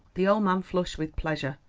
the old man flushed with pleasure.